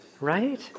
right